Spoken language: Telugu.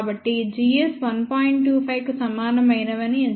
25 కు సమానమైనవని ఎంచుకుందాం